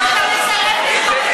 אתה מסלף את הדברים שלי.